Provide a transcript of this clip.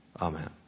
Amen